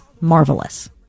marvelous